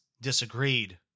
disagreed